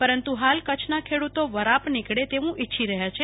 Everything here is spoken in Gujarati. પરંતુ હાલ તો કચ્છના ખેડૂતો વરાપ નીકળે તેવું ઈચ્છી રહ્યા છે